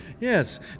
Yes